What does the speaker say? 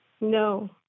No